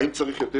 האם צריך יותר?